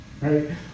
right